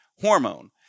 hormone